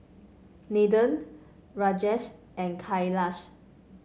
Nathan Rajesh and Kailash